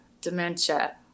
dementia